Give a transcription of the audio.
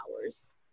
hours